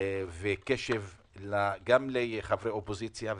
וקשב גם לחברי אופוזיציה.